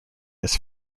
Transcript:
his